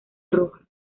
roja